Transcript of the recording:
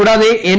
കൂടാതെ എൻ